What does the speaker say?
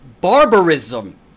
barbarism